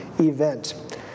event